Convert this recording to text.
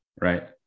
right